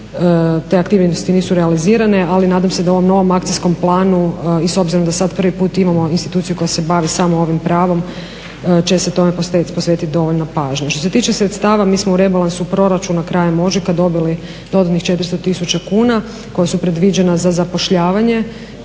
te aktivnosti nisu realizirane, ali nadam se da u ovom novom akcijskom planu i s obzirom da sad prvi put imamo instituciju koja se bavi samo ovim pravom će se tome posvetiti dovoljna pažnja. Što se tiče sredstava mi smo u rebalansu proračuna krajem ožujka dobili dodatnih 400 tisuća kuna koja su predviđena za zapošljavanje